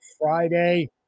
Friday